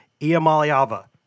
Iamaliava